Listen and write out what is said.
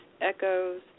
echoes